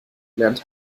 lernt